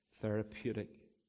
therapeutic